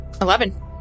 Eleven